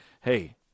hey